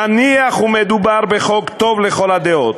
נניח שמדובר בחוק טוב לכל הדעות,